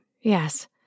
yes